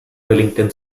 wellington